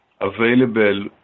available